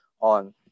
on